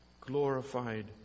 glorified